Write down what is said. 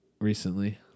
recently